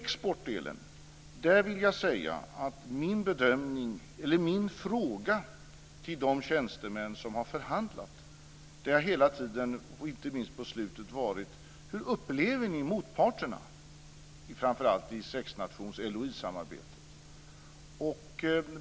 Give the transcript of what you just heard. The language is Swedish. När det gäller exportdelen har min fråga till de tjänstemän som har förhandlat hela tiden - och inte minst på slutet - varit: Hur upplever ni motparterna, framför allt i sexnationssamarbetet?